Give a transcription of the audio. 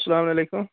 اسلامُ علیکُم